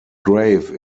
grave